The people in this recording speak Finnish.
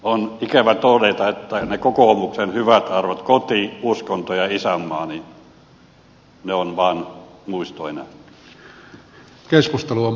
on ikävä todeta että ne kokoomuksen hyvät arvot koti uskonto ja isänmaa ovat vaan muisto enää